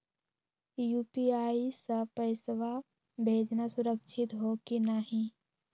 UPI स पैसवा भेजना सुरक्षित हो की नाहीं?